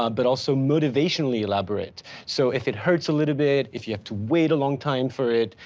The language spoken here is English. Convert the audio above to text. um but also motivationally elaborate. so if it hurts a little bit, if you have to wait a long time for it,